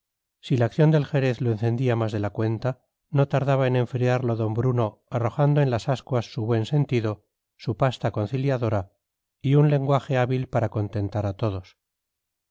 si la acción del jerez lo encendía más de la cuenta no tardaba en enfriarlo d bruno arrojando en las ascuas su buen sentido su pasta conciliadora y un lenguaje hábil para contentar a todos